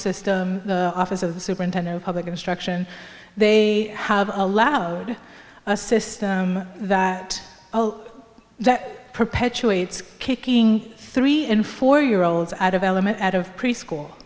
system the office of the superintendent of public instruction they have allowed a system that that perpetuates kicking three and four year olds out of element out of preschool